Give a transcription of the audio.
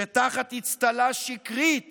כשבאצטלה שקרית